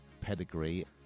pedigree